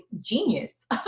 genius